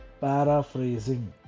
paraphrasing